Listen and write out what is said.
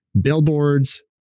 billboards